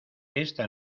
esta